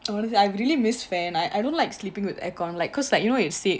well honestly I really miss fan I I don't like sleeping with air con like cause like you know what you said